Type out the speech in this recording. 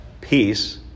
peace